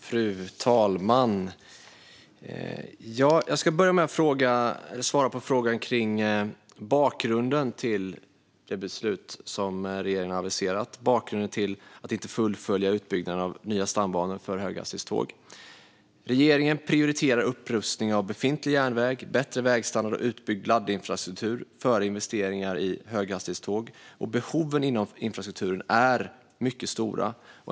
Fru talman! Jag ska börja med att svara på frågan om bakgrunden till det beslut som regeringen har aviserat om att inte fullfölja utbyggnaden av nya stambanor för höghastighetståg. Regeringen prioriterar upprustning av befintlig järnväg, bättre vägstandard och utbyggnad av laddinfrastruktur före investeringar i höghastighetståg. Behoven inom infrastrukturen är mycket stora.